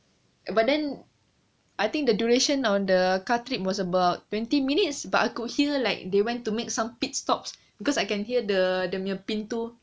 but then I think the duration on the car trip was about twenty minutes I could hear like they went to make some pit stops because I can hear the the dia punya pintu